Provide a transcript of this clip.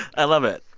i love it.